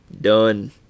done